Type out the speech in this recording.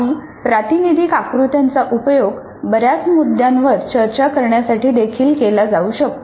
काही प्रातिनिधिक आकृत्यांचा उपयोग बर्याच लोकांच्या मुद्द्यांवर चर्चा करण्यासाठी देखील केला जाऊ शकतो